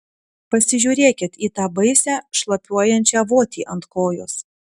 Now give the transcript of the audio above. pasižiūrėkit į tą baisią šlapiuojančią votį ant kojos